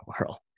world